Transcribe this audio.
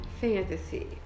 fantasy